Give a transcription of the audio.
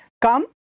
Come